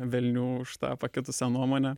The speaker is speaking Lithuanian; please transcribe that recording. velnių už tą pakitusią nuomonę